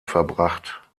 verbracht